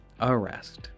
arrest